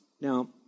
Now